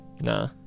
Nah